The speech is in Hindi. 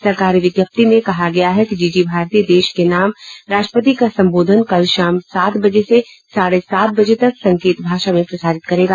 सरकारी विज्ञप्ति में कहा गया है कि डीडी भारती देश के नाम राष्ट्रपति का संबोधन कल शाम सात बजे से साढ़े सात बजे तक संकेत भाषा में प्रसारित करेगा